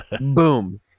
boom